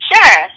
Sure